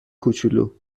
کوچولو